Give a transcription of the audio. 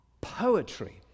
poetry